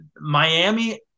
Miami